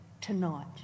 tonight